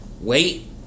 Wait